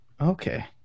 Okay